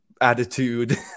attitude